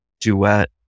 Duet